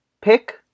pick